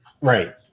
Right